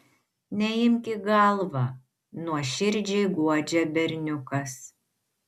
neimk į galvą nuoširdžiai guodžia berniukas